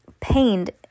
pained